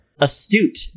astute